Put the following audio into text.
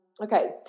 Okay